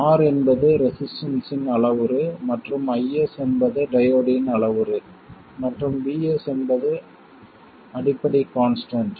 R என்பது ரெசிஸ்டன்ஸ்ஸின் அளவுரு மற்றும் IS என்பது டையோடின் அளவுரு மற்றும் Vt என்பது அடிப்படை கான்ஸ்டன்ட்